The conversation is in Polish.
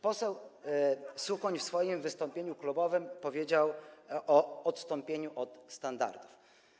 Poseł Suchoń w swoim wystąpieniu klubowym powiedział o odstąpieniu od standardów.